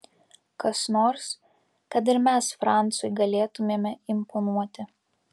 kas nors kad ir mes francui galėtumėme imponuoti